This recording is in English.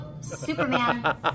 Superman